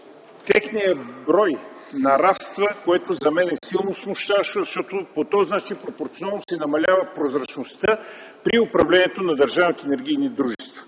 техният брой нараства, което за мен е силно смущаващо, защото по този начин пропорционално се намалява прозрачността при управлението на